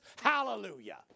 Hallelujah